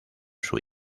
sus